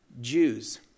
Jews